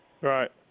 Right